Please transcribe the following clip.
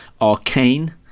Arcane